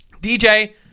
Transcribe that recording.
DJ